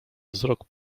wzrok